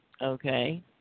okay